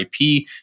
IP